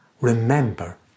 remember